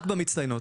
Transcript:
רק במצטיינות.